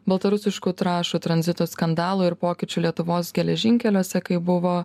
baltarusiškų trąšų tranzito skandalo ir pokyčių lietuvos geležinkeliuose kai buvo